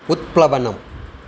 उत्प्लवनम्